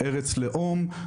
ארץ לאום,